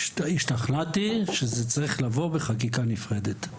השתכנעתי שזה צריך לבוא בחקיקה נפרדת.